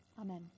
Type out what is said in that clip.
Amen